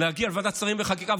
להגיע לוועדת שרים לחקיקה,